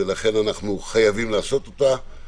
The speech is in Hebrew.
ולכן אנחנו חייבים לעשות אותה.